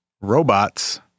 robots